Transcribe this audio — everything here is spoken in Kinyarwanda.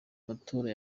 matora